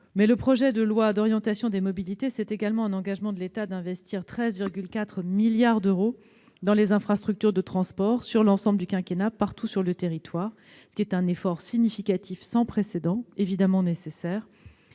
Mais le projet de loi d'orientation des mobilités, c'est également un engagement de l'État d'investir 13,4 milliards d'euros dans les infrastructures de transport sur l'ensemble du quinquennat, partout sur le territoire. Cet effort, significatif, est sans précédent ; il est évidemment nécessaire.